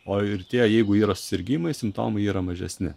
o ir tie jeigu yra sirgimai simptomai yra mažesni